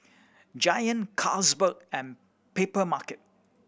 Giant Carlsberg and Papermarket